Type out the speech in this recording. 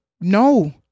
No